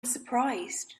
surprised